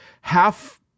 half